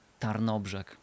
Tarnobrzeg